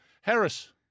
Harris